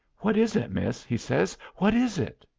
what is it, miss? he says. what is it?